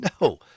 no